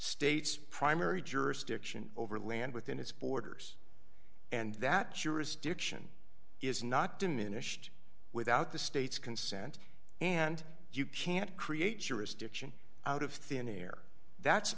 state's primary jurisdiction over land within its borders and that jurisdiction is not diminished without the state's consent and you can't create jurisdiction out of thin air that's